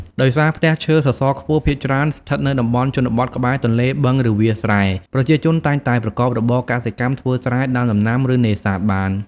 ដោយសារផ្ទះឈើសសរខ្ពស់ភាគច្រើនស្ថិតនៅតំបន់ជនបទក្បែរទន្លេ បឹង ឬវាលស្រែ ប្រជាជនតែងតែប្រកបរបរ កសិកម្ម ធ្វើស្រែ ដាំដំណាំ ឬ នេសាទបាន ។